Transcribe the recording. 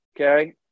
Okay